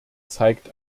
zeigt